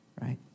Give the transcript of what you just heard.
right